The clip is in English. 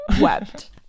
Wept